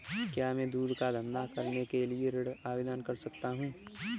क्या मैं दूध का धंधा करने के लिए ऋण आवेदन कर सकता हूँ?